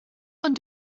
ond